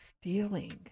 Stealing